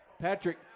Patrick